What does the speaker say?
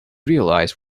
realize